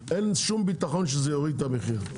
אין שום ביטחון שזה יוריד את המחיר,